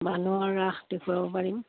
মানুহৰ ৰাস দেখুৱাব পাৰিম